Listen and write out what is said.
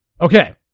okay